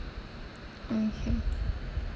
okay